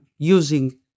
using